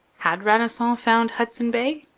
had radisson found hudson bay?